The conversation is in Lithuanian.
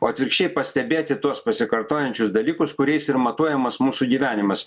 o atvirkščiai pastebėti tuos pasikartojančius dalykus kuriais ir matuojamas mūsų gyvenimas